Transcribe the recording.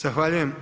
Zahvaljujem.